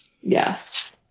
Yes